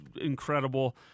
incredible